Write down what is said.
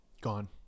gone